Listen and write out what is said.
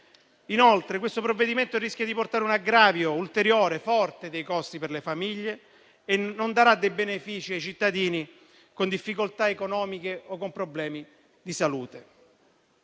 Inoltre, esso rischia di portare un aggravio ulteriore e forte dei costi per le famiglie e non darà dei benefici ai cittadini con difficoltà economiche o con problemi di salute.